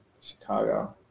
Chicago